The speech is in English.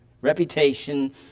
reputation